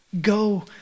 go